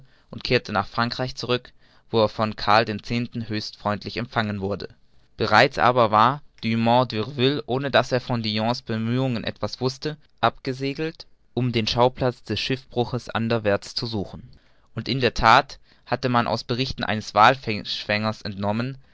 und kehrte nach frankreich zurück wo er von karl x höchst freundlich empfangen wurde bereits aber war dumont d'urville ohne daß er von dillon's bemühungen etwas wußte abgesegelt um den schauplatz des schiffbruchs anderwärts zu suchen und in der that hatte man aus berichten eines wallfischfängers entnommen